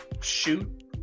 shoot